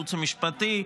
לייעוץ המשפטי,